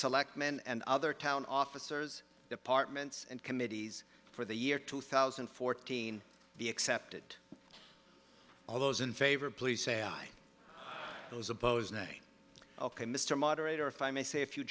select men and other town officers departments and committees for the year two thousand and fourteen the accepted all those in favor of police ai those opposed name ok mr moderator if i may say a few